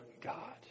God